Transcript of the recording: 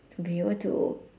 to be able to